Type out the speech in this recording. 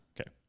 okay